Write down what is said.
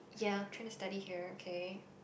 ya trying to study here okay